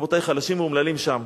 רבותי, חלשים ואומללים שם.